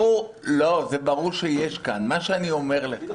מה שאני אומר לך